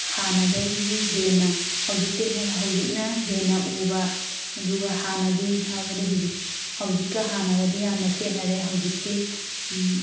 ꯍꯥꯟꯅꯗꯒꯤ ꯍꯦꯟꯅ ꯍꯧꯖꯤꯛꯇꯩ ꯍꯧꯖꯤꯛꯅ ꯍꯦꯟꯅ ꯎꯕ ꯑꯗꯨꯒ ꯍꯥꯟꯅꯗꯤ ꯍꯥꯏꯕꯗꯤ ꯍꯧꯖꯤꯛ ꯍꯧꯖꯤꯛꯀ ꯍꯥꯟꯅꯒꯗꯤ ꯌꯥꯝꯅ ꯈꯦꯠꯅꯔꯦ ꯍꯧꯖꯤꯛꯇꯤ